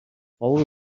follow